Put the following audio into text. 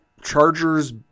Chargers